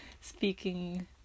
speaking